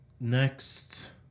next